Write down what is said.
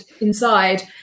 inside